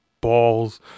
Balls